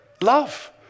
love